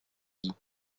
dit